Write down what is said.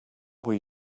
were